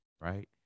right